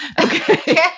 Okay